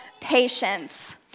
patience